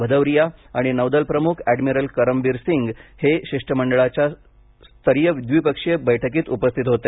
भदौरिया आणि नौदल प्रमुख अॅडमिरल करमबीर सिंह हे शिष्टमंडळाच्या स्तरीय द्विपक्षीय बैठकीत उपस्थित होते